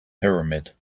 pyramid